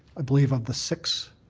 i believe of the six